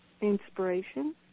inspiration